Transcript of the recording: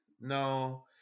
no